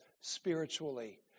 spiritually